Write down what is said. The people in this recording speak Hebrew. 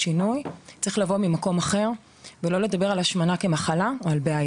אז אנחנו צריכים לבוא ממקום אחר ולא לדבר על השמנה כעל בעיה.